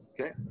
Okay